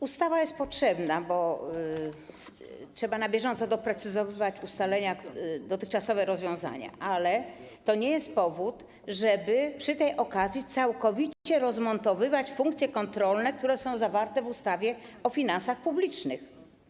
Ustawa jest potrzebna, bo trzeba na bieżąco doprecyzowywać dotychczasowe rozwiązania, ale to nie jest powód do tego, żeby przy tej okazji całkowicie rozmontowywać funkcje kontrolne, które są określone w ustawie o finansach publicznych.